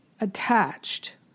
attached